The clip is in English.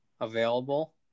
available